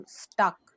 stuck